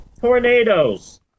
Tornadoes